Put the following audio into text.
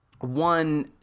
one